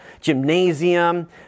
gymnasium